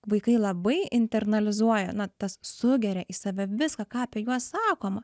vaikai labai internalizuoja na tas sugeria į save viską ką apie juos sakoma